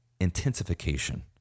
intensification